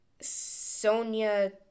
Sonia